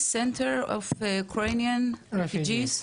בבקשה.